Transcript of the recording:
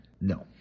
No